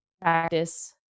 practice